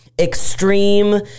extreme